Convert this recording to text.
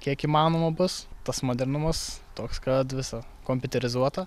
kiek įmanoma bus tas modernumas toks kad visa kompiuterizuota